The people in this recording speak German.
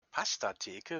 pastatheke